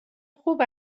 خوب